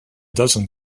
dozen